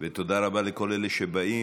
תודה רבה לכל אלה שבאים.